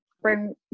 bring